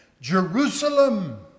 Jerusalem